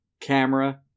camera